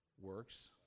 works